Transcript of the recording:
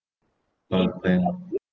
but when